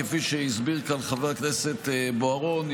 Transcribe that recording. כפי שהסביר כאן חבר הכנסת בוארון,